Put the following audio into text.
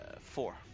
four